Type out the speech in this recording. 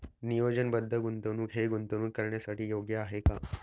नियोजनबद्ध गुंतवणूक हे गुंतवणूक करण्यासाठी योग्य आहे का?